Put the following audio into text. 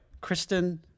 Kristen